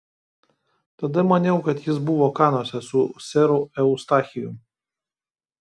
tada maniau kad jis buvo kanuose su seru eustachijumi